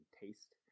taste